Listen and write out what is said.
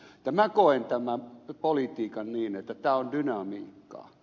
minä koen tämän politiikan niin että tämä on dynamiikkaa